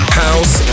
house